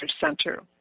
Center